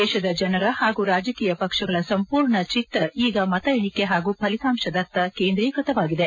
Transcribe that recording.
ದೇಶದ ಜನರ ಹಾಗೂ ರಾಜಕೀಯ ಪಕ್ಷಗಳ ಸಂಪೂರ್ಣ ಚಿತ್ತ ಈಗ ಮತ ಎಣಿಕೆ ಹಾಗೂ ಫಲಿತಾಂಶದತ್ತ ಕೇಂದ್ರೀಕೃತವಾಗಿದೆ